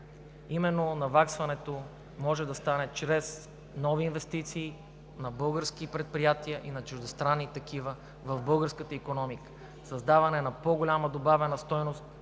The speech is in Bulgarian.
Именно наваксването може да стане чрез нови инвестиции на български предприятия и на чуждестранни такива в българската икономика. Създаването на по-голяма добавена стойност